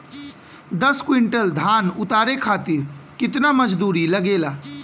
दस क्विंटल धान उतारे खातिर कितना मजदूरी लगे ला?